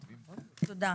תודה.